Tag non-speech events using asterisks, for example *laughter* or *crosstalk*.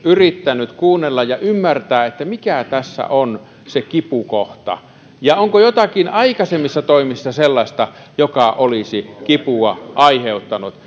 yrittänyt kuunnella ja ymmärtää mikä tässä on se kipukohta ja onko aikaisemmissa toimissa jotakin sellaista joka olisi kipua aiheuttanut *unintelligible*